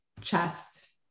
chest